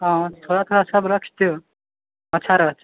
हाँ थोड़ा थोड़ासभ रख दिऔ अच्छा रहती